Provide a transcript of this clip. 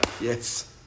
Yes